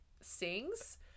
sings